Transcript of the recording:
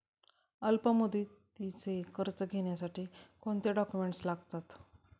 अल्पमुदतीचे कर्ज घेण्यासाठी कोणते डॉक्युमेंट्स लागतात?